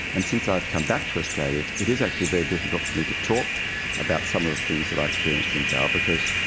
and since i've come back to australia it is actually very difficult for me to talk about some of the things that i experienced in jail because